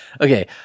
Okay